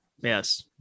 Yes